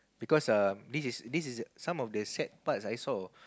because um this is this is some of the sad parts I saw